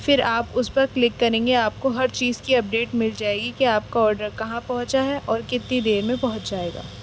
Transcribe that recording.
پھر آپ اس پر کلک کریں گے آپ کو ہر چیز کی اپڈیٹ مل جائے گی کہ آپ کا آرڈر کہاں پہنچا ہے اور کتنی دیر میں پہنچ جائے گا